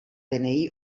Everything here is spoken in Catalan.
dni